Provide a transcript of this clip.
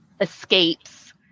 escapes